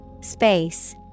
Space